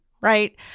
right